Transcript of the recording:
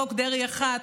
חוק דרעי 1,